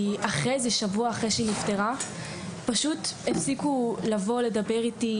כי שבוע אחרי שהיא נפטרה פשוט הפסיקו לבוא לדבר איתי,